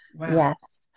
yes